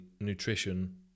nutrition